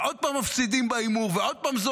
ועוד פעם מפסידים בהימור ועוד פעם זה